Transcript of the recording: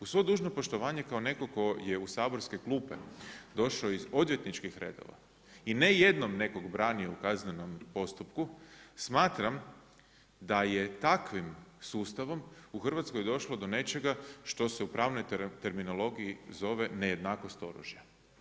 Uz svo dužno poštovanje kao netko tko je u saborske klupe došao iz odvjetničkih redova i ne jednom nekog branio u kaznenom postupku smatram da je takvim sustavom u Hrvatskoj došlo do nečega što se u pravnoj terminologiji zove nejednakost oružja.